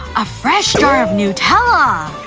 a fresh jar of nutella!